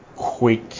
Quick